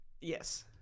Yes